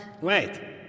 Wait